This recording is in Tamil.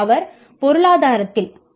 அவர் பொருளாதாரத்தில் பி